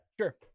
Sure